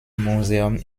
museum